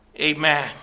Amen